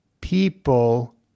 people